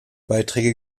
beiträge